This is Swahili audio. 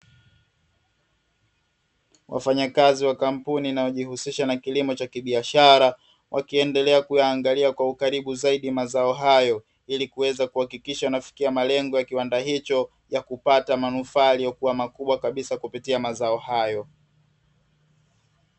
Wafanyakazi wa kampuni inayojihusisha na kilimo cha kibiashara, wakiendelea kuyaangalia kwa ukaribu zaidi mazao hayo ili kuweza kuhakikisha wanafikia malengo ya kiwanda hicho ya kupata manufaa yaliyokuwa makubwa kabisa kupitia mazao hayo.